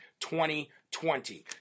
2020